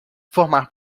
formar